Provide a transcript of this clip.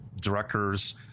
directors